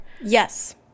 Yes